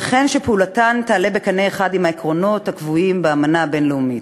וכן שפעולתן תעלה בקנה אחד עם העקרונות הקבועים באמנה הבין-לאומית.